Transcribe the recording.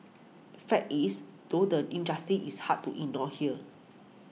fact is though the injustice is hard to in nor here